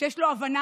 שיש לו הבנה,